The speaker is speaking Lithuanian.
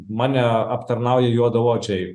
mane aptarnauja juodaodžiai